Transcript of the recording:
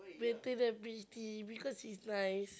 better than peach tea because it's nice